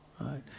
right